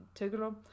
integral